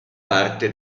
parte